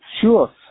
Sure